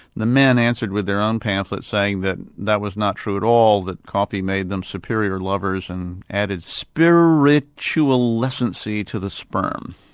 the men answered with their own pamphlet saying that that was not true at all, that coffee made them superior lovers and added spiritualescency to the sperm.